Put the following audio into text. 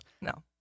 No